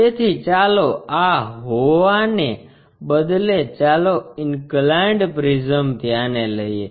તેથી ચાલો આ હોવાને બદલે ચાલો ઇન્કલાઇન્ડ પ્રિસ્મ ધ્યાને લઇએ